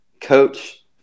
Coach